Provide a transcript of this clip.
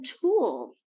tools